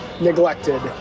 neglected